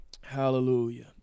Hallelujah